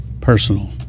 personal